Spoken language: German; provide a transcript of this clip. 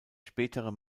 spätere